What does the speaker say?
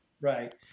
right